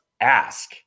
ask